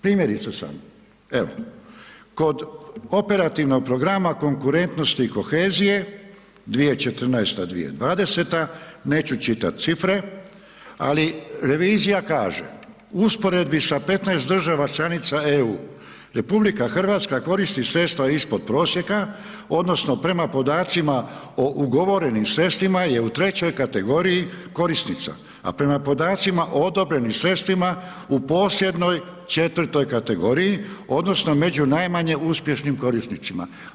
Primjerice sada, evo, kod operativnih programa konkurentnosti i kohezije 2014.-2020. neću čitati cifre, ali revizija kaže, u usporedbi sa 15 država članica EU, RH, koristi sredstva ispod prosijeku, odnosno, prema podacima o ugovorenima sredstvima je u trećoj kategoriji korisnica, a prema podacima o odobrenim sredstvima, u posljednjoj četvoroj kategoriji, odnosno, među najmanje uspješnim korisnicima.